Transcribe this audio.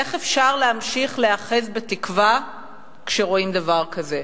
איך אפשר להמשיך להיאחז בתקווה כשרואים דבר כזה?